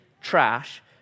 trash